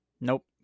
nope